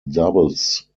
doubles